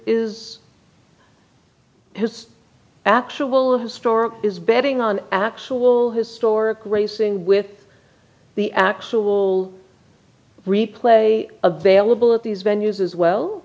is his actual historic is betting on actual historic racing with the actual replay a bailable at these venues is well